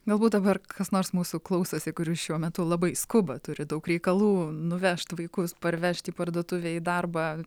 galbūt dabar kas nors mūsų klausosi kuris šiuo metu labai skuba turi daug reikalų nuvežt vaikus parvežt į parduotuvę į darbą